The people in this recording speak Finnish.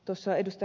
tuossa ed